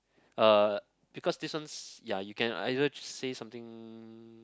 uh because this one ya you can either just say something